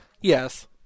Yes